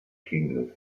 king